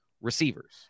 receivers